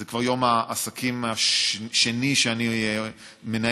זה כבר יום העסקים השני שאני מנהל,